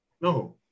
No